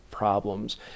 problems